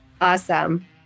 Awesome